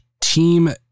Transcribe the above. team